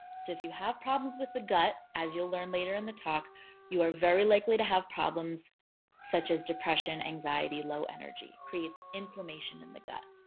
so if you have problems with the gut as you'll learn later in the talk you are very likely to have problems such as depression anxiety, low energy. creates inflammation in the gut.